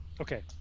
Okay